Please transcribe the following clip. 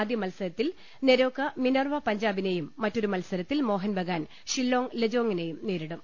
ആദ്യമത്സര ത്തിൽ നെരോക മിനർവ പഞ്ചാബിനെയും മറ്റൊരു മത്സരത്തിൽ മോഹൻ ബഗാൻ ഷില്ലോങ്ങ് ലജോങ്ങിനെയും നേരിടും